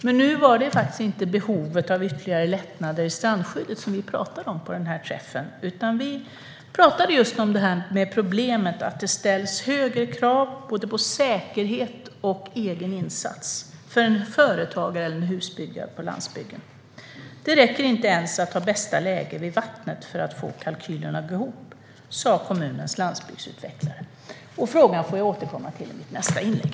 Men det var inte behovet av ytterligare lättnader i strandskyddet vi talade om på träffen. Vi talade i stället om problemet att det ställs högre krav på både säkerhet och egen insats för en företagare eller husbyggare på landsbygden. Det räcker inte ens att ha bästa läge vid vattnet för att få kalkylerna att gå ihop, sa kommunens landsbygdsutvecklare. Min fråga får jag återkomma till i mitt nästa inlägg.